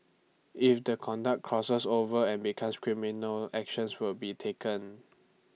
if the conduct crosses over and becomes criminal actions will be taken